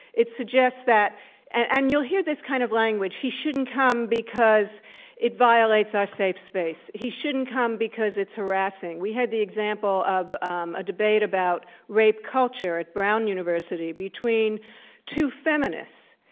it suggests that and you'll hear this kind of language, he shouldn't come because it violates our safe space. he shouldn't come because it's harassing. we had the example of um a debate about rape culture at brown university between two feminists,